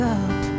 up